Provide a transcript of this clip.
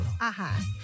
Aha